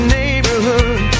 neighborhood